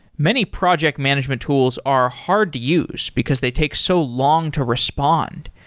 many project management tools are hard to use because they take so long to respond,